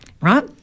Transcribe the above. Right